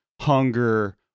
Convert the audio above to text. hunger